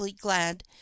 glad